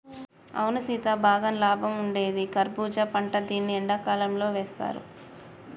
అవును సీత బాగా లాభం ఉండేది కర్బూజా పంట దీన్ని ఎండకాలంతో వేస్తారు